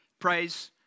praise